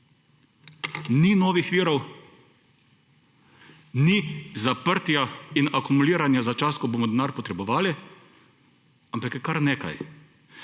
Ni novih virov, ni zaprtja in akumuliranja za čas, ko bomo denar potrebovali, ampak je kar nekaj.